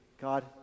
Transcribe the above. God